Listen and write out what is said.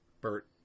Bert